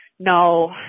no